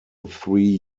three